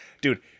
Dude